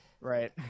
Right